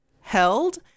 held